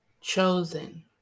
chosen